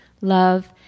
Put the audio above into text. love